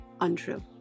untrue